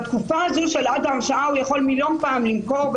בתקופה הזאת של עד הרשעה הוא יכול מיליון פעם למכור,